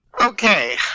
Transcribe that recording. Okay